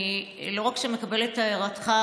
אני לא רק מקבלת את הערתך,